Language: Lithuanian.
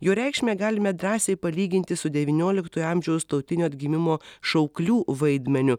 jo reikšmę galime drąsiai palyginti su devynioliktojo amžiaus tautinio atgimimo šauklių vaidmeniu